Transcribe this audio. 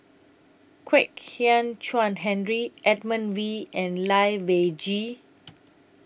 Kwek Hian Chuan Henry Edmund Wee and Lai Weijie